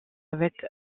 avec